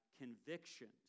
Convictions